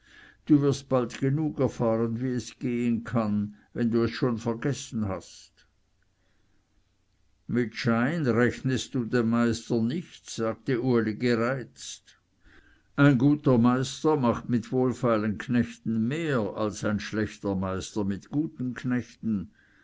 du wirst bald genug erfahren wie es gehen kann wenn du es schon vergessen hast mit schein rechnest du den meister nichts sagte uli gereizt ein guter meister macht mit wohlfeilen knechten mehr als ein schlechter meister mit guten knechten